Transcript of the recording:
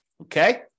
Okay